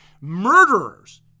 murderers